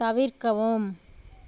தவிர்க்கவும்